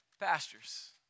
pastures